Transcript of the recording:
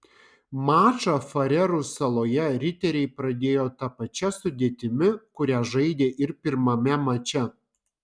mačą farerų saloje riteriai pradėjo ta pačia sudėtimi kuria žaidė ir pirmame mače